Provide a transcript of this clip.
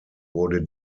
wurde